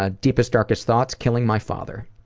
ah deepest, darkest thoughts? killing my father.